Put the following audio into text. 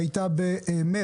ישיבה שהייתה במרץ,